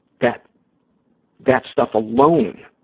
that that stuff alone,